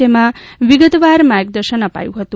જેમાં વિગતવાર માર્ગદર્શન અપાયું હતું